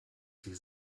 sie